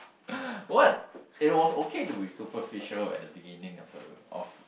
what it was okay to be superficial at the beginning of a of